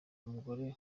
umugore